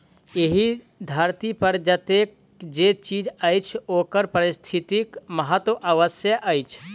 एहि धरती पर जतेक जे चीज अछि ओकर पारिस्थितिक महत्व अवश्य अछि